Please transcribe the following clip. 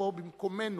שתבוא במקומנו,